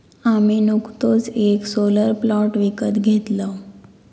आम्ही नुकतोच येक सोलर प्लांट विकत घेतलव